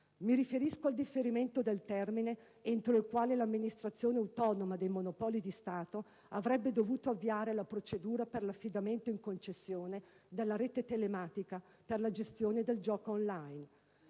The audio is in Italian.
Mi riferisco ancora al differimento del termine entro il quale l'amministrazione autonoma dei Monopoli di Stato avrebbe dovuto avviare la procedura per l'affidamento in concessione della rete telematica per la gestione del gioco *on line*: